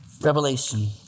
Revelation